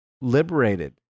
liberated